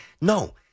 No